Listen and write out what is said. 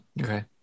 Okay